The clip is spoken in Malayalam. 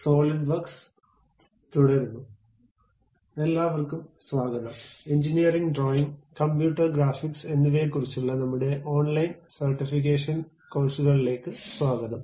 സോളിഡ് വർക്ക്സ് തുടരുന്നു എല്ലാവര്ക്കും സ്വാഗതം എഞ്ചിനീയറിംഗ് ഡ്രോയിംഗ് കമ്പ്യൂട്ടർ ഗ്രാഫിക്സ് എന്നിവയെക്കുറിച്ചുള്ള നമ്മുടെ ഓൺലൈൻ സർട്ടിഫിക്കേഷൻ കോഴ്സുകളിലേക്ക് സ്വാഗതം